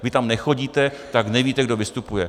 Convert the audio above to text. Vy tam nechodíte, tak nevíte, kdo vystupuje.